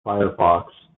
firefox